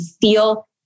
feel